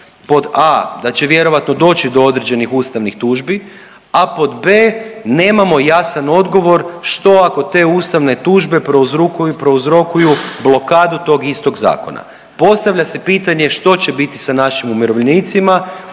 pod a) da će vjerojatno doći do određenih ustavnih tužbi, a pod b) nemamo jasan odgovor što ako te ustavne tužbe prouzrokuju blokadu tog istog zakona. Postavlja se pitanje što će biti sa našim umirovljenicima?